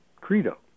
credo